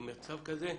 עם מצב כזה.